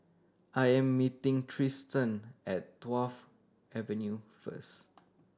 I am meeting Triston at Wharf Avenue first